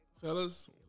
Fellas